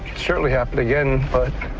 certainly happen again, but.